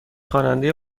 خواننده